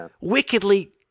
wickedly